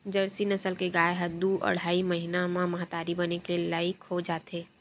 Jersey नसल के गाय ह दू अड़हई महिना म महतारी बने के लइक हो जाथे